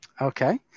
Okay